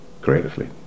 creatively